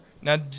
Now